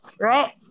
right